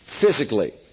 physically